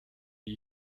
die